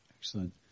Excellent